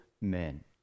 men